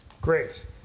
great